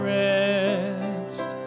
rest